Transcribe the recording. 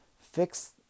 fix